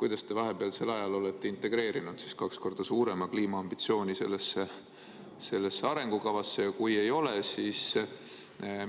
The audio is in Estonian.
Kuidas te vahepealsel ajal olete integreerinud kaks korda suurema kliimaambitsiooni sellesse arengukavasse, ja kui ei ole, siis